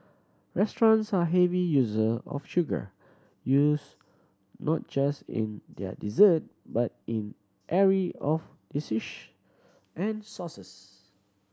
restaurants are heavy user of sugar used not just in their dessert but in array of and sauces